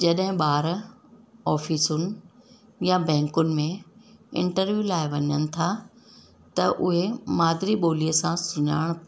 जॾहिं ॿार ऑफ़िसुनि या बैंकुनि में इंटरव्यू लाइ वञनि था त उहे माद्री ॿोलीअ सां सुञाण